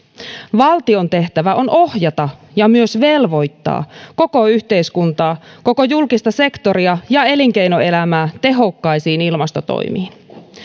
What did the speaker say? valtion tehtävä on ohjata ja myös velvoittaa koko yhteiskuntaa koko julkista sektoria ja elinkeinoelämää tehokkaisiin ilmastotoimiin